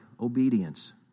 obedience